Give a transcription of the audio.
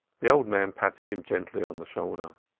the old man patted him gently on the shoulder.